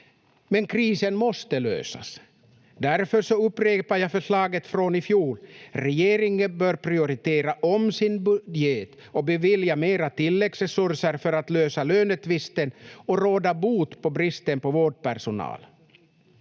Men krisen måste lösas. Därför upprepar jag förslaget från i fjol: Regeringen bör prioritera om sin budget och bevilja mer tilläggsresurser för att lösa lönetvisten och råda bot på bristen på vårdpersonal.